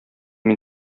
мин